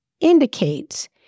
indicates